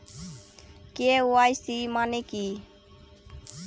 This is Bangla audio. কে.ওয়াই.সি মানে কি?